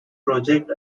project